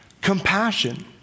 Compassion